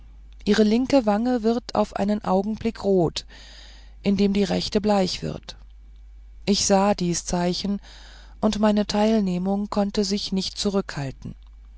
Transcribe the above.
die linke wange wird auf einen augenblick rot indem die rechte bleich wird ich sah dies zeichen und meine teilnehmung konnte sich nicht zurückhalten